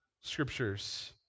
Scriptures